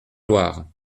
loire